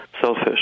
selfish